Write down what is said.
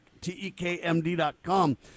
T-E-K-M-D.com